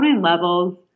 levels